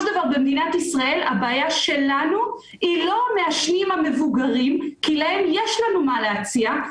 הבעיה במדינת ישראל היא לא המעשנים המבוגרים שלהם יש לנו מה להציע,